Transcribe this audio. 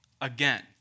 again